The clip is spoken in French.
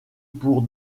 pour